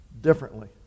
differently